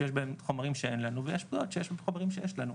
יש פקודות שיש בהם חומרים שאין לנו ויש פקודות שיש חומרים שיש לנו.